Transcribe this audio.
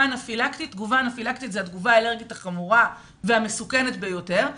אנאפלקטית שהיא התגובה האלרגית החמורה והמסוכנת ביותר.